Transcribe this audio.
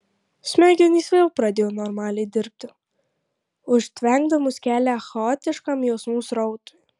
smegenys vėl pradėjo normaliai dirbti užtvenkdamos kelią chaotiškam jausmų srautui